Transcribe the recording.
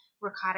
ricotta